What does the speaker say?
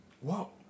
whoa